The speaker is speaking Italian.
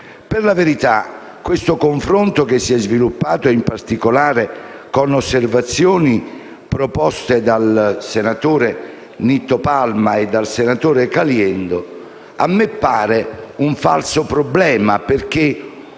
Per la verità, il confronto che si è sviluppato, in particolare con le osservazioni proposte dai senatori Palma e Caliendo, a me pare un falso problema, perché